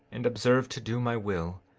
and observe to do my will,